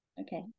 Okay